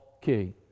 key